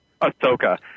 Ahsoka